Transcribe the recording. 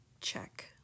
check